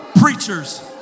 preachers